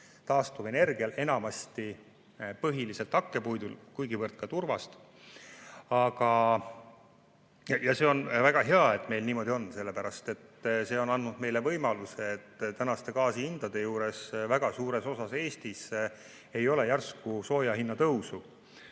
taastuvenergial, enamasti põhiliselt hakkpuidul, kuigivõrd ka turbal. Ja see on väga hea, et meil niimoodi on. See on andnud meile võimaluse, et tänaste gaasihindade juures väga suures osas Eestis ei ole järsku sooja hinna tõusu.